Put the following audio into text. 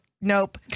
nope